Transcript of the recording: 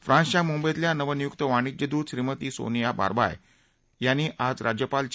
फ्रांसच्या मुंबईतल्या नवनियुक्त वाणिज्यदूत श्रीमती सोनिया बार्व्राय यांनी आज राज्यपाल चे